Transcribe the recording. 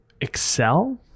excel